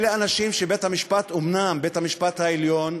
אלה אנשים שבית-המשפט, אומנם בית-המשפט העליון,